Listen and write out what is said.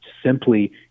simply